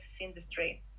industry